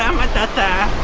um matata